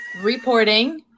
reporting